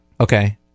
Okay